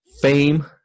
fame